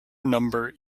number